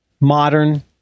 modern